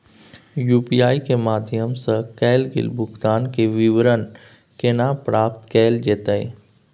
UPI के माध्यम सं कैल गेल भुगतान, के विवरण केना प्राप्त कैल जेतै?